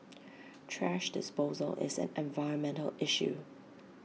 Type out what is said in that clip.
thrash disposal is an environmental issue